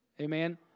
Amen